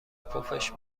پفش